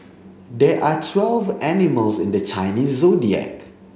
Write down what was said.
there are twelve animals in the Chinese Zodiac